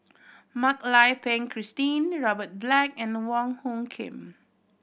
Mak Lai Peng Christine Robert Black and Wong Hung Khim